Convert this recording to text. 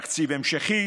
תקציב המשכי